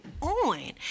on